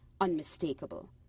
unmistakable